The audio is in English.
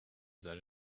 that